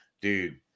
dude